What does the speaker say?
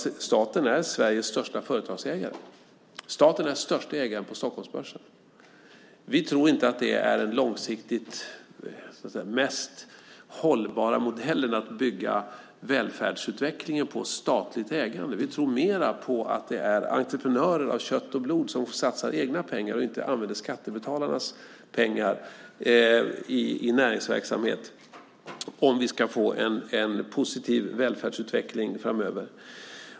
Visserligen är staten Sveriges största företagsägare - staten är största ägare på Stockholmsbörsen - men vi tror inte att den långsiktigt mest hållbara modellen är att bygga välfärdsutvecklingen på statligt ägande. Om vi ska få en positiv välfärdsutveckling framöver tror vi mer på att entreprenörer av kött och blod satsar egna pengar än att vi använder skattebetalarnas pengar i näringsverksamhet.